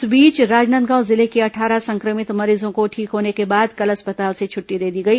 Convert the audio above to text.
इस बीच राजनांदगांव जिले के अट्ठारह संक्रमित मरीजों को ठीक होने के बाद कल अस्पताल से छुट्टी दे दी गई